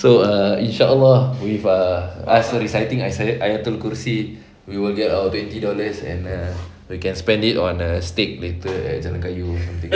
so uh inshallah with ah I also reciting ayatul kursi we will get our twenty dollars and err we can spend it on a steak later at jalan kayu